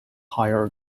higher